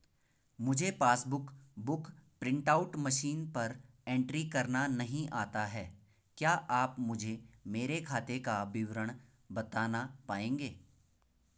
मुझे passbook book print out machine पर entry करना नहीं आता है क्या आप मुझे मेरे खाते का विवरण बताना पाएंगे?